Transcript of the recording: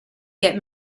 get